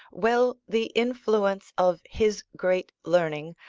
well! the influence of his great learning,